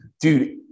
dude